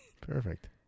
Perfect